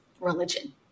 religion